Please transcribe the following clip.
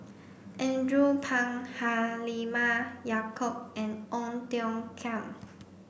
Andrew Phang Halimah Yacob and Ong Tiong Khiam